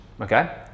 Okay